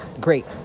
great